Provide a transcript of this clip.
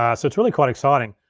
um so it's really quite exciting.